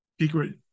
secret